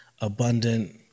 abundant